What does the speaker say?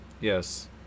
Yes